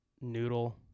Noodle